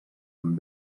amb